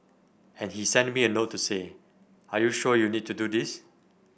and he sent me a note to say are you sure you need to do this